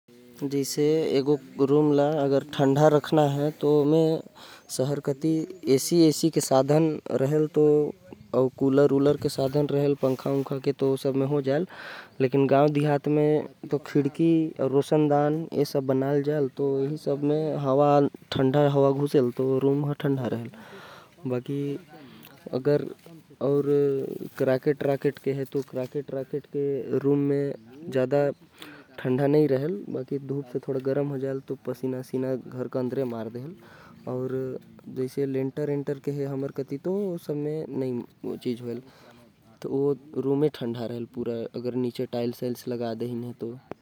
रूम ल ठंडा कर बर सहर कति लोग मन ऐसी। पंख अउ कूलर चलाथे। लेकिन ओहि जगह गाव म लोग मन खिड़की अउ। रोशनदान के इस्तेमाल करथे। बाकी अगर लैंटर्न के घरे ह जेकर म टाइल्स लगिस हवे। तो ओ हर अपन आप ठंडा हो जाथे।